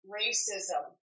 racism